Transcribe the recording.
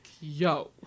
yo